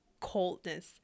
Coldness